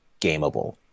gameable